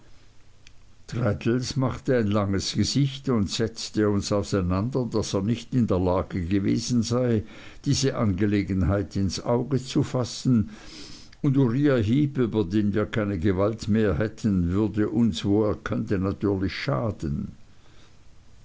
traddles machte ein langes gesicht und setzte uns auseinander daß er nicht in der lage gewesen sei diese angelegenheit ins auge zu fassen und uriah heep über den wir keine gewalt mehr hätten würde uns wo er könnte natürlich schaden